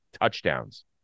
touchdowns